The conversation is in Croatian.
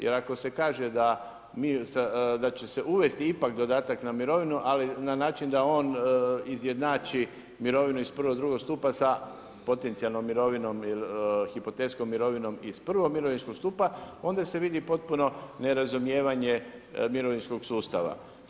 Jer ako se kaže da će se uvesti ipak dodatak na mirovinu, ali na način da on izjednači mirovinu iz I. i II skupa sa potencijalnom mirovinom ili hipotetskom mirovinom iz I. mirovinskog stupa, onda se vidi potpuno nerazumijevanje mirovinskog sustava.